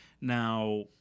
Now